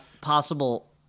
possible